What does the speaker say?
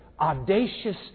audacious